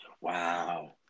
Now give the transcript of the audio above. Wow